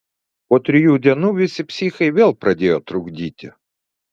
po trijų dienų visi psichai vėl pradėjo trukdyti